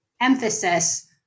emphasis